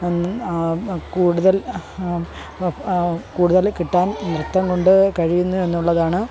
കൂടുതൽ കൂടുതൽ കിട്ടാൻ നൃത്തം കൊണ്ട് കഴിയുന്നു എന്നുള്ളതാണ്